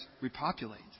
repopulate